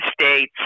states